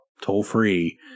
toll-free